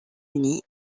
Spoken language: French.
uni